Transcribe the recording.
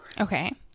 Okay